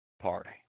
Party